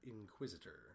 Inquisitor